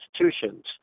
institutions